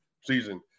season